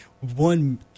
one